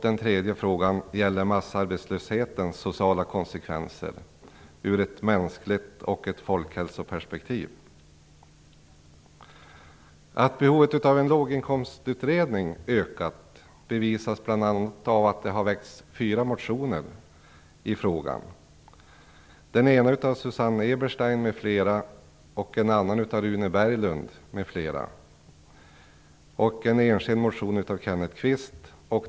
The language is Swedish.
Den tredje frågan gäller massarbetslöshetens sociala konsekvenser ur ett mänskligt perspektiv och ett folkhälsoperspektiv. Att behovet av en låginkomstutredning ökat bevisas bl.a. av att det har väckts fyra motioner i frågan. En har väckts av Susanne Eberstein m.fl. En annan har väckts av Rune Berglund m.fl. En enskild motion har väckts av Kenneth Kvist.